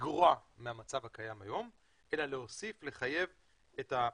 ולגרוע מהמצב הקיים היום אלא להוסיף ולחייב את הפקס.